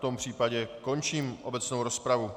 V tom případě končím obecnou rozpravu.